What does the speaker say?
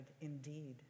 indeed